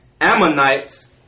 Ammonites